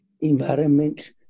environment